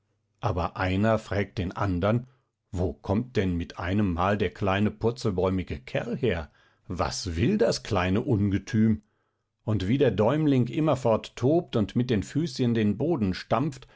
aber einer frägt den andern wo kommt denn mit einemmal der kleine purzelbäumige kerl her was will das kleine ungetüm und wie der däumling immerfort tobt und mit den füßchen den boden stampft